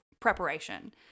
preparation